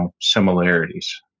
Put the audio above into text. similarities